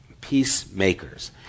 Peacemakers